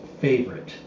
favorite